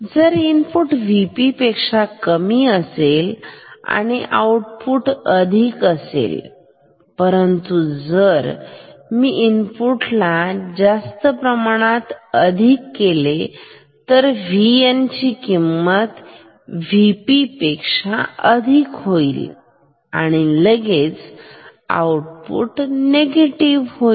जर input Vp पेक्षा कमी असेल तर आउटपुट अधिक राहील परंतु जर मी इनपुट ला जास्त प्रमाणात अधिक करत राहिले तर VN ची एखादी किंमत Vp पेक्षा अधिक होईल आणि लगेच आउटपुट निगेटिव्ह होईल